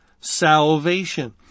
salvation